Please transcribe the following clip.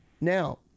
now